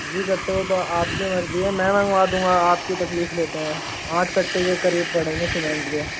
जी कट्टे वो तो आपकी मर्ज़ी है में मँगवा दूंगा आप क्यों तकलीफ़ लेते हैं आठ कट्टे करीब पड़ेंगे सिमेंट के